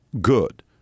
good